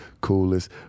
coolest